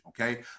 okay